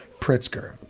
Pritzker